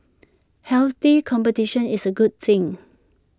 healthy competition is A good thing